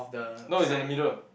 no it's in the middle